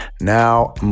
Now